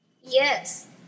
Yes